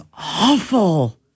awful